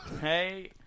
Hey